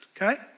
Okay